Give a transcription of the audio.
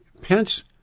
Pence